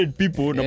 people